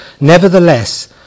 nevertheless